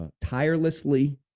tirelessly